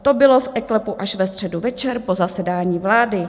To bylo v eKlepu až ve středu večer po zasedání vlády.